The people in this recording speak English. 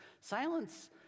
Silence